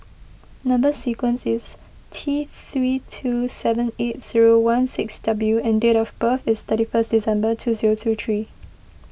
Number Sequence is T three two seven eight zero one six W and date of birth is thirty one December two zero zero three